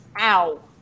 Ow